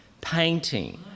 painting